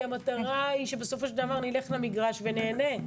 המטרה היא שבסופו של דבר נלך למגרש ונהנה.